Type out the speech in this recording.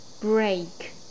break